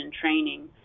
training